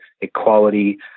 equality